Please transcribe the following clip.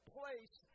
place